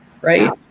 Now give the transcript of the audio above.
Right